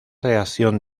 reacción